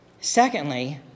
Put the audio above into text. Secondly